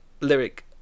lyric